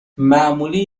معمولی